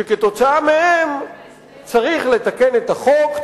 שכתוצאה מהן צריך לתקן את החוק,